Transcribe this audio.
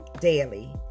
daily